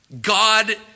God